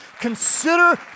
Consider